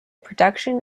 production